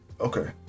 Okay